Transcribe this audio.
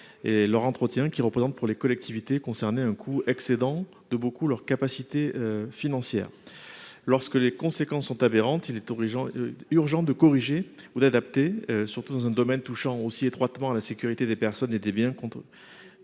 leur entretien, ce qui représente pour les collectivités concernées un coût excédant de beaucoup leurs capacités financières. Lorsque les conséquences sont aberrantes, il est urgent de corriger ou d'adapter notre droit, surtout dans un domaine touchant aussi étroitement à la sécurité des personnes et des biens que la